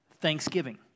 Thanksgiving